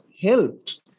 helped